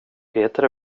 peter